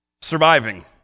surviving